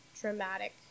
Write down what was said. dramatic